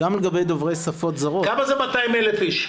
כמה זה 200,000 איש?